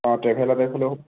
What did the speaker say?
অঁ traveller type হ'লেও